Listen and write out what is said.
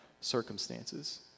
circumstances